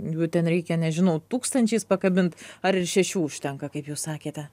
jų ten reikia nežinau tūkstančiais pakabint ar ir šešių užtenka kaip jūs sakėte